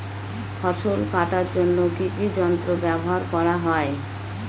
ফসল কাটার জন্য কি কি যন্ত্র ব্যাবহার করা হয়?